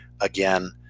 Again